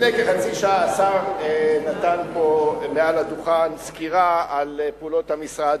לפני כחצי שעה השר נתן פה מעל הדוכן סקירה על פעולות המשרד.